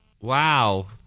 wow